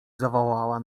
zawołała